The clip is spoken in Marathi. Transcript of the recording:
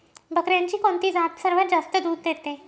बकऱ्यांची कोणती जात सर्वात जास्त दूध देते?